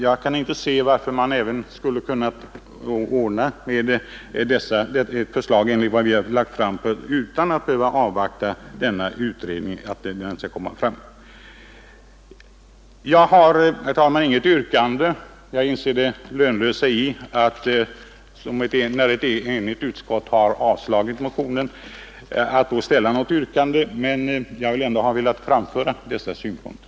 Jag kan inte inse att man inte även skulle kunna tillmötesgå det förslag vi har lagt fram utan att behöva avvakta resultatet av denna utredning. Jag har, herr talman, inget yrkande. Jag inser det lönlösa i att när ett enhälligt utskott har avstyrkt motionen ställa något yrkande, men jag har ändå velat framföra dessa synpunkter.